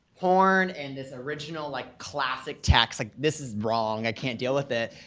porn and this original, like classic tax like this is wrong, i can't deal with it.